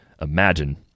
imagine